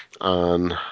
on